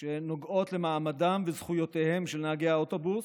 שנוגעות למעמדם ולזכויותיהם של נהגי האוטובוס,